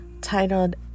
titled